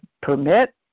permit